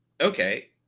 okay